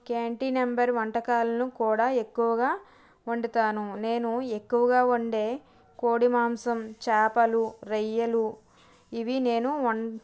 canteen number వంటకాలను కూడా ఎక్కువగా వండుతాను నేను ఎక్కువగా వండే కోడి మాంసం చేపలు రొయ్యలు ఇవి నేను వం